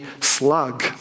slug